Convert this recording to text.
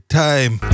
time